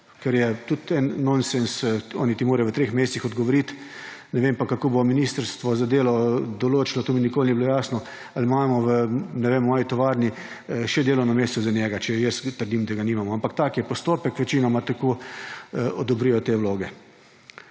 kar je tudi en nonsens. Oni ti morajo v treh mesecih odgovoriti, ne vem pa, kako bo ministrstvo za delo določilo, to mi nikoli ni bilo jasno, ali imamo v, ne vem, moji tovarni še delovno mesto za njega, če jaz trdim, da ga nimamo. Ampak tak je postopek, večinoma tako odobrijo te vloge.